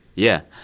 yeah.